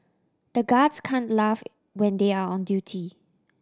the guards can laugh when they are on duty